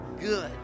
good